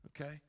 okay